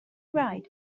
right